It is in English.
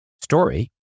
story